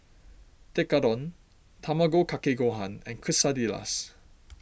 Tekkadon Tamago Kake Gohan and Quesadillas